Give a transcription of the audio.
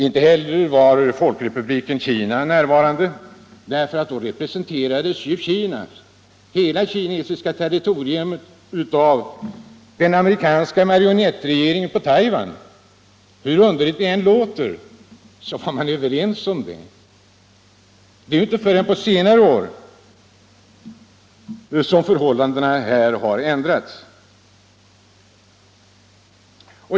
Inte heller var någon representant för Folkrepubliken Kina närvarande — då representerades hela det kinesiska territoriet av den amerikanska marionettregeringen på Taiwan. Hur underligt den än låter var man överens om det. Det är inte förrän på senare år som detta förhållande har ändrats.